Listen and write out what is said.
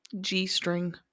g-string